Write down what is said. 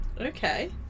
okay